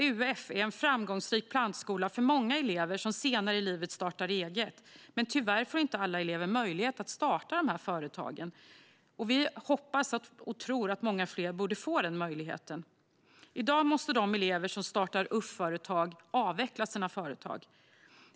UF är en framgångsrik plantskola för många elever som senare i livet startar eget. Tyvärr får inte alla elever möjlighet att starta UF-företag. Vi hoppas och tror att många fler kommer att få den möjligheten. I dag måste de elever som startar UF-företag avveckla sina företag.